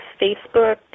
Facebook